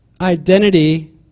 identity